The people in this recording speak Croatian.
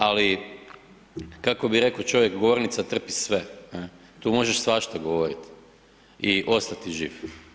Ali kako bi rekao čovjek, govornica trpi sve, tu možeš svašta govoriti i ostati živ.